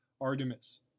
Artemis